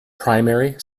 primary